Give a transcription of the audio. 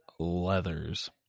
leathers